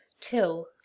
till